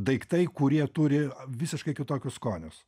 daiktai kurie turi visiškai kitokius skonius